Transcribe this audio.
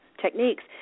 techniques